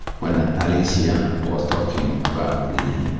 when alicia was talking about the